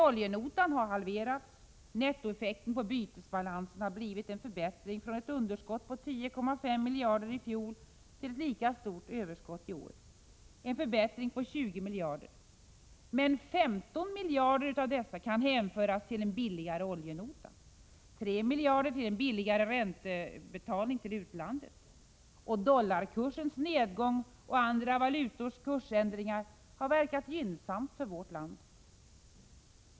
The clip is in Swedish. Oljenotan har halverats. Nettoeffekten på bytesbalansen har blivit en förbättring från ett underskott på 10,5 miljarder i fjol till ett lika stort överskott i år — en förbättring på 20 miljarder. Men 15 av dessa miljarder kan hänföras till en billigare oljenota och 3 miljarder till en billigare räntebetalning till utlandet. Dollarkursens nedgång och andra valutors kursändringar har verkat gynnsamt för vårt land.